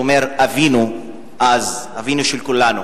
אומר "אבינו" אז אבינו של כולנו,